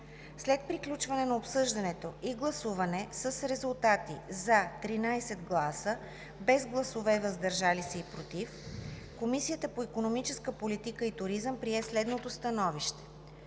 След приключване на обсъждането и гласуване с резултати: „за“ – 13 гласа, без гласове „против“ и „въздържал се“, Комисията по икономическа политика и туризъм прие следното становище: